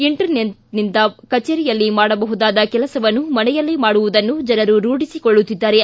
ಇಂಟರ್ನೆಟ್ನಿಂದ ಕಚೇರಿಯಲ್ಲಿ ಮಾಡಬಹುದಾದ ಕೆಲಸವನ್ನು ಮನೆಯಲ್ಲೇ ಮಾಡುವುದನ್ನು ಜನರು ರೂಢಿಸಿಕೊಳ್ಳುತ್ತಿದ್ದಾರೆ